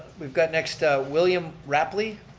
we've got next william rapley.